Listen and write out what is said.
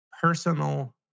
personal